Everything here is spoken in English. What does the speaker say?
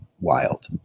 wild